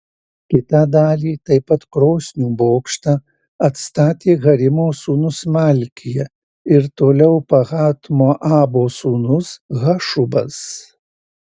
kitą dalį taip pat krosnių bokštą atstatė harimo sūnus malkija ir toliau pahat moabo sūnus hašubas